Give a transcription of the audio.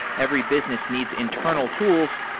every business needs internal tools,